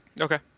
Okay